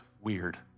weird